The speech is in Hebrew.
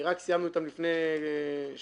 רק סיימנו אתם לפני שבועיים-שלושה